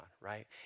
right